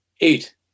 eight